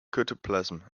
cytoplasm